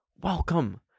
welcome